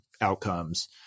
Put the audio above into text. outcomes